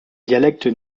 dialectes